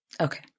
Okay